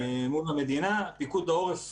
פיקוד העורף